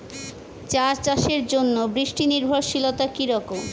চা চাষের জন্য বৃষ্টি নির্ভরশীলতা কী রকম?